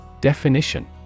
Definition